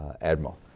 admiral